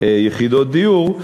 יחידות דיור,